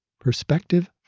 Perspective